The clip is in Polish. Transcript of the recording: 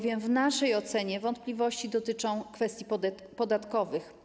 W naszej ocenie wątpliwości dotyczą kwestii podatkowych.